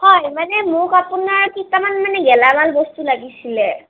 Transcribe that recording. হয় মানে মোক আপোনাৰ কেইটামান মানে গেলামাল বস্তু লাগিছিলে